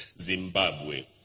Zimbabwe